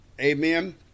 Amen